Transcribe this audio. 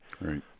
Right